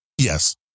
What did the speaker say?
Yes